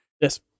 Yes